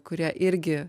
kurie irgi